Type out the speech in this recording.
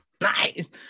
Nice